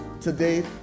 today